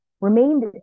remained